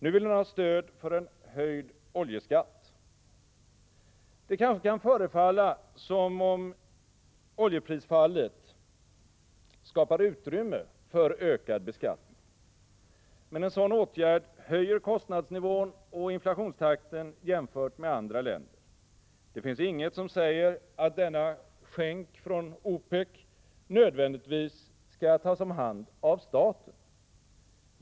Nu vill den ha stöd för en höjd oljeskatt. Det kanske kan förefalla som om oljeprisfallet skapar utrymme för ökad beskattning. Men en sådan åtgärd höjer kostnadsnivån och inflationstakten jämfört med andra länder. Det finns inget som säger att denna skänk från OPEC nödvändigtvis skall tas om hand av staten.